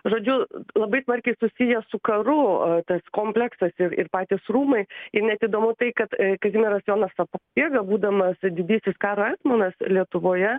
žodžiu labai smarkiai susiję su karu tas kompleksas ir patys rūmai ir net įdomu tai kad kazimieras jonas sapiega būdamas didysis karo etmonas lietuvoje